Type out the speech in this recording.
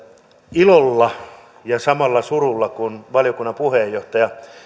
ilolla ja samalla surulla kun valiokunnan puheenjohtaja